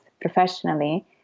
professionally